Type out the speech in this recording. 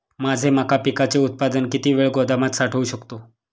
माझे मका पिकाचे उत्पादन किती वेळ गोदामात साठवू शकतो?